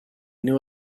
knew